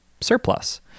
surplus